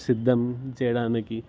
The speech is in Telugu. సిద్ధం చేయడానికి